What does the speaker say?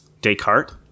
Descartes